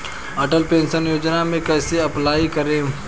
Atal pension योजना मे कैसे अप्लाई करेम?